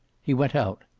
he went out.